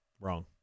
Wrong